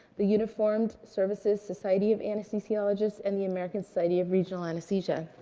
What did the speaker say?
the uniformed services society of anesthesiologists, and the american society of regional anesthesia.